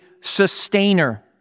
sustainer